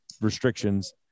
restrictions